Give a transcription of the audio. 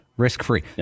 risk-free